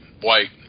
white